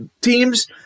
Teams